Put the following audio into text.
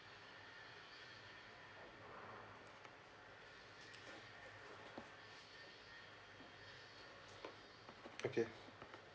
okay